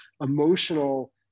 emotional